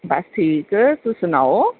बस ठीक तुस सनाओ